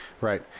right